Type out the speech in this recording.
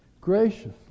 graciously